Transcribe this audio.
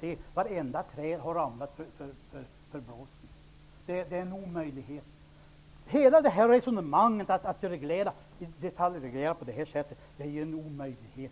se att varenda träd har ramlat för blåsten. Det är en omöjlighet. Att över huvud taget detaljreglera på detta sätt är en omöjlighet.